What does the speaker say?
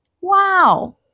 wow